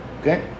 Okay